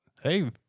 hey